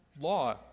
law